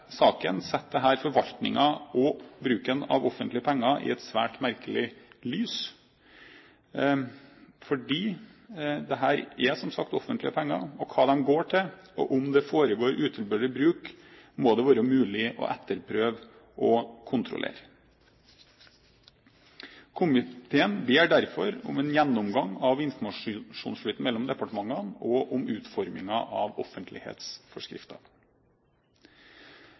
et svært merkelig lys. Det er som sagt offentlige penger, og hva de går til, og om det foregår utilbørlig bruk, må det være mulig å etterprøve og kontrollere. Komiteen ber derfor om en gjennomgang av informasjonsflyten mellom departementene og utformingen av offentlighetsforskriften. En annen problemstilling som har dukket opp, dreier seg om